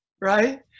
right